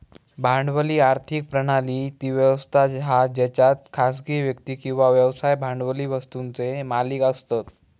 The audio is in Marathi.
भांडवली आर्थिक प्रणाली ती व्यवस्था हा जेच्यात खासगी व्यक्ती किंवा व्यवसाय भांडवली वस्तुंचे मालिक असतत